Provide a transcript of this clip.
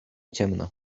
ciemno